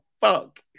fuck